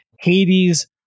Hades